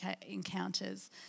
encounters